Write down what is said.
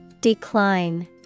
Decline